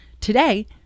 today